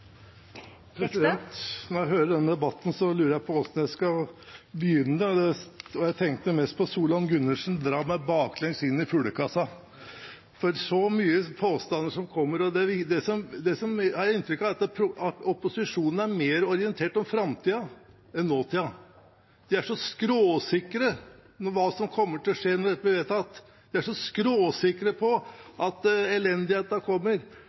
jeg tenkte mest på Solan Gundersen: Dra meg baklengs inn i fuglekassa! Det er så mange påstander som kommer, og jeg har inntrykk av at opposisjonen er mer orientert om framtiden enn om nåtiden. De er så skråsikre på hva som kommer til å skje når dette blir vedtatt, de er så skråsikre på at elendigheten kommer.